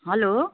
hello